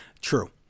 True